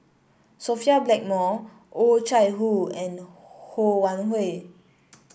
Sophia Blackmore Oh Chai Hoo and Ho Wan Hui